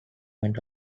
went